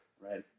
Right